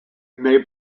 may